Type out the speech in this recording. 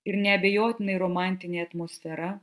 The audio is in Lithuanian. ir neabejotinai romantinė atmosfera